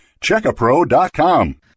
Checkapro.com